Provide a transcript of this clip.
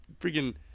freaking